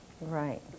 right